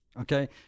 Okay